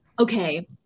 okay